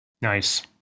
Nice